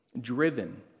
driven